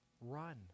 Run